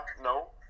no